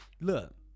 Look